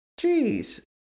Jeez